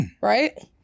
Right